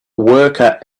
worker